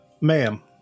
Ma'am